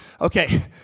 Okay